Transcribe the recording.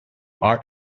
art